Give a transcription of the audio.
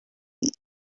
its